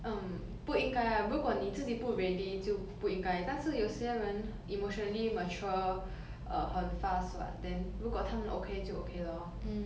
um 不应该 ah 如果你自己不 ready 就不应该但是有些人 emotionally mature uh 很 fast but then 如果他们 okay 就 okay lor